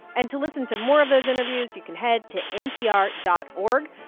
and to listen to more of those interviews, you can head to npr dot org.